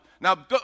Now